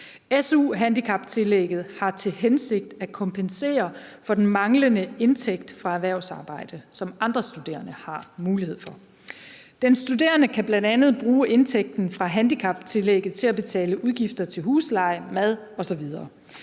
SU-handicaptillægget har til hensigt at kompensere for den manglende indtægt fra erhvervsarbejde, som andre studerende har mulighed for. Den studerende kan bl.a. bruge indtægten fra handicaptillægget til at betale udgifter til husleje, mad osv.